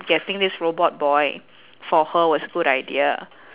getting this robot boy for her was a good idea